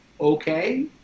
okay